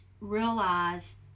realize